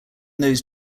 those